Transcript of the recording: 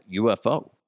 UFO